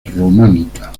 románica